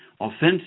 offensive